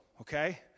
okay